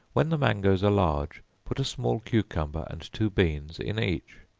when the mangoes are large, put a small cucumber, and two beans in each.